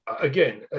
again